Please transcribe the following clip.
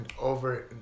over